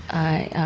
i